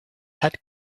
had